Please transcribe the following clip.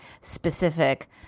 specific